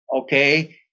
okay